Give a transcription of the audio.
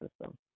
system